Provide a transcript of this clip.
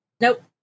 Nope